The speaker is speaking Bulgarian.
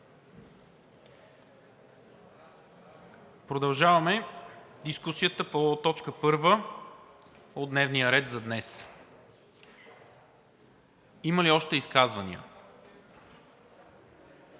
Продължаваме дискусията по т. 1 от дневния ред за днес. Има ли още изказвания?